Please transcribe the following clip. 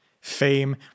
Fame